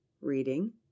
Reading